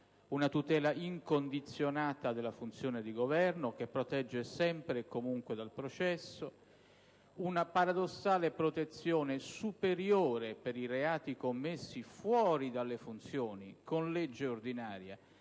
una tutela incondizionata della funzione di Governo, che protegge sempre e comunque dal processo; una paradossale protezione, con legge ordinaria, per i reati commessi fuori dalle funzioni, superiore